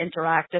interactive